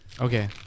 Okay